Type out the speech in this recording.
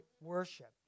worship